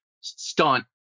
stunt